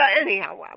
anyhow